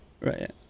Right